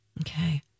okay